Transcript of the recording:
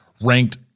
ranked